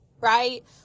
right